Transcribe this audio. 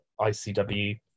ICW